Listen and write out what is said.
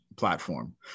platform